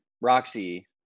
Roxy